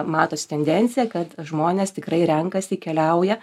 matosi tendencija kad žmonės tikrai renkasi keliauja